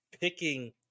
picking